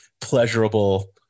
pleasurable